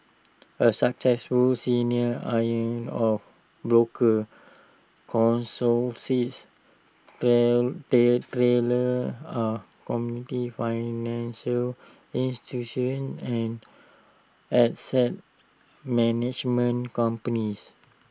A successful senior iron ore broker counsel says Taylor are financial institutions and asset management companies